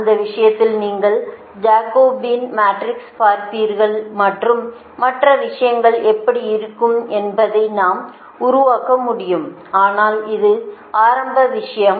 அந்த விஷயத்தில் நீங்கள் ஜாகோபியன் மேட்ரிக்ஸைப் பார்ப்பீர்கள் மற்றும் மற்ற விஷயங்கள் எப்படி இருக்கும் என்பதை நாம் உருவாக்க முடியும் ஆனால் இது ஆரம்ப விஷயம்